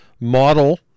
model